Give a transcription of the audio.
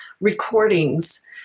recordings